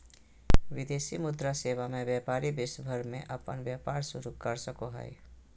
विदेशी मुद्रा सेवा मे व्यपारी विश्व भर मे अपन व्यपार शुरू कर सको हय